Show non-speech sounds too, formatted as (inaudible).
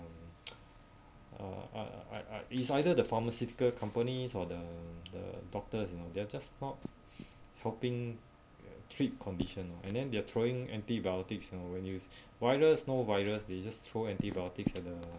(noise) uh uh I I it's either the pharmaceutical companies or the the doctors you know they're just not helping treat condition and then they're throwing antibiotics you know when use virus no virus they just throw antibiotics at the